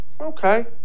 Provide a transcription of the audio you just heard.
okay